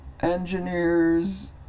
engineers